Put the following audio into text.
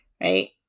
right